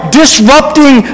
disrupting